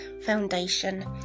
foundation